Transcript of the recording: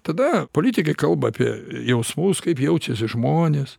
tada politikai kalba apie jausmus kaip jaučiasi žmonės